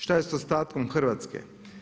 Šta je sa ostatkom Hrvatske?